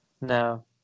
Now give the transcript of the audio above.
no